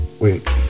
Wait